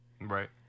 right